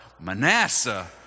Manasseh